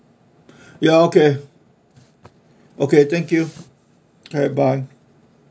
ya okay okay thank you K bye